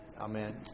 amen